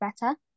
better